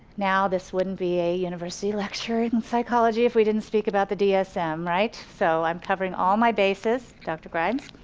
now this wouldn't be a university lecture in psychology if we didn't speak about the dsm right. so i'm covering all my bases, dr. grimes